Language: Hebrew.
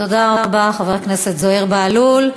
תודה רבה, חבר הכנסת זוהיר בהלול.